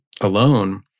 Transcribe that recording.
alone